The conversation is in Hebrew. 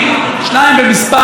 שניים במספר,